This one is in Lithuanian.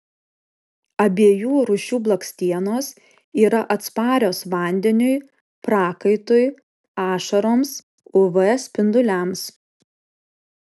abiejų rūšių blakstienos yra atsparios vandeniui prakaitui ašaroms uv spinduliams